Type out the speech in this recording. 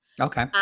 okay